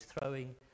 throwing